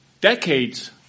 decades